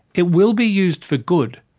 it will be used for good.